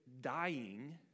dying